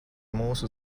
mūsu